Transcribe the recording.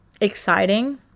exciting